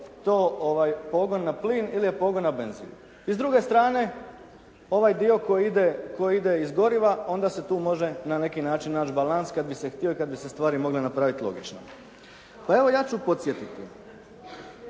li to pogon na plin ili je pogon na benzin. I s druge strane, ovaj dio koji ide iz goriva onda se tu može na neki način naći balans kad bi se htio i kad bi se stvari mogle napraviti logično. Pa evo ja ću podsjetiti.